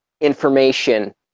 information